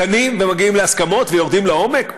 דנים, מגיעים להסכמות, ויורדים לעומק.